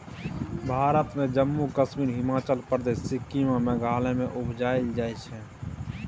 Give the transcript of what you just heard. भारत मे जम्मु कश्मीर, हिमाचल प्रदेश, सिक्किम आ मेघालय मे उपजाएल जाइ छै